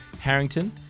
Harrington